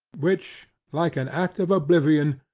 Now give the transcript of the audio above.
which, like an act of oblivion,